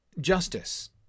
Justice